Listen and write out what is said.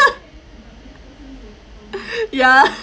yeah